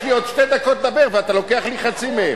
יש לי עוד שתי דקות לדבר ואתה לוקח לי חצי מהן.